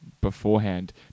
beforehand